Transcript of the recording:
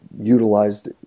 utilized